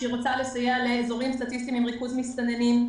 שהיא רוצה לסייע לאזורים סטטיסטיים עם ריכוז מסתננים.